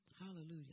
Hallelujah